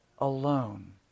alone